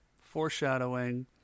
foreshadowing